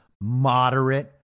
moderate